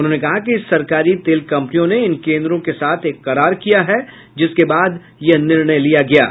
उन्होंने कहा कि सरकारी तेल कंपनियों ने इन केंद्रों के साथ एक करार किया है जिसके बाद यह निर्णय लिया गया है